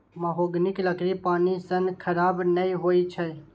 महोगनीक लकड़ी पानि सं खराब नै होइ छै